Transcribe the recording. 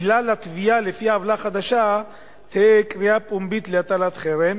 עילה לתביעה לפי העוולה החדשה תהא קריאה פומבית להטלת חרם